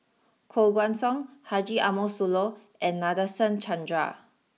Koh Guan Song Haji Ambo Sooloh and Nadasen Chandra